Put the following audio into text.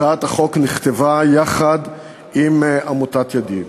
הצעת החוק נכתבה יחד עם עמותת "ידיד".